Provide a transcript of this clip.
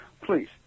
please